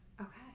Okay